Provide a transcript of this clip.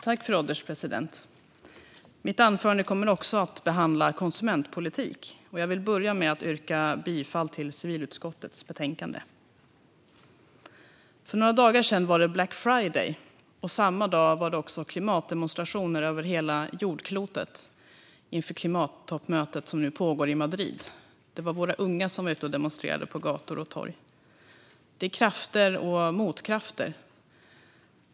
Fru ålderspresident! Även mitt anförande kommer att behandla konsumentpolitik. Jag vill börja med att yrka bifall till förslaget i civilutskottets betänkande. För några dagar sedan var det Black Friday. Samma dag var det klimatdemonstrationer över hela jordklotet inför det klimattoppmöte som nu pågår i Madrid. Det var våra unga som var ute och demonstrerade på gator och torg. Det är krafter och motkrafter.